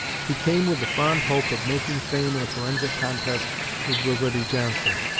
he came with the fond hope of making fame in a forensic contest with reverdy johnson.